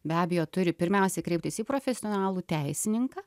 be abejo turi pirmiausia kreiptis į profesionalų teisininką